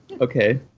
okay